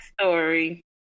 story